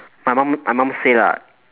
my mum my mum say lah